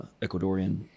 Ecuadorian